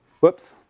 whoops,